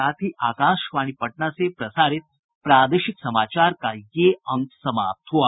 इसके साथ ही आकाशवाणी पटना से प्रसारित प्रादेशिक समाचार का ये अंक समाप्त हुआ